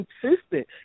consistent